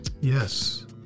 Yes